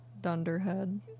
Dunderhead